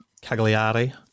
Cagliari